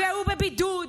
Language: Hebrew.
והוא בבידוד,